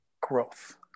Growth